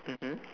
mmhmm